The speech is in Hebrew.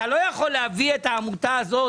אתם רוצים גם את הדמוקרטיה הזאת